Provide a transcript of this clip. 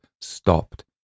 stopped